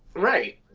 right,